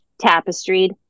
tapestried